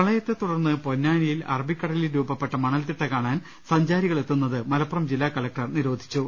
പ്രളയത്തെ തുടർന്ന് പൊന്നാനിയിൽ അറബിക്കടലിൽ രൂപപ്പെട്ട മണൽത്തിട്ട കാണാൻ സഞ്ചാരികൾ എത്തുന്നത് മലപ്പുറം ജില്ലാ കലക്ടർ നിരോ ധിച്ചു